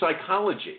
psychology